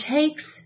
takes